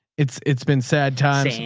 it's it's been sad times.